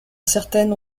certaines